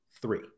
three